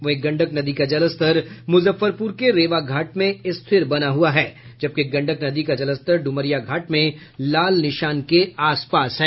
वहीं गंडक नदी का जलस्तर मुजफ्फरपुर के रेवा घाट में स्थिर बना हुआ है जबकि गंडक नदी का जलस्तर डुमरिया घाट में लाल निशान के आसपास है